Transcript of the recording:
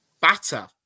batter